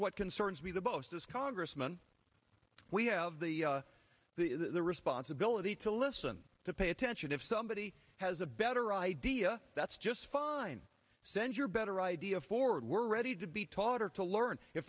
what concerns me the most is congressman we have the responsibility to listen to pay attention if somebody has a better idea that's just fine send your better idea forward we're ready to be taught or to learn if